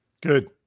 Good